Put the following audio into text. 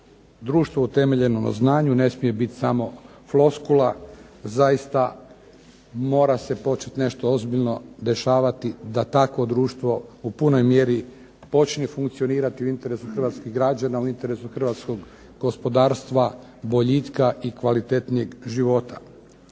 Društvo utemeljeno na znanju ne smije biti samo floskula. Zaista mora se početi nešto ozbiljno dešavati da takvo društvo u punoj mjeri počinje funkcionirati u interesu hrvatskih građana, u interesu hrvatskog gospodarstva, boljitka i kvalitetnijeg života.